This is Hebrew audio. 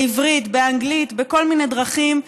בעברית, באנגלית, בכל מיני דרכים.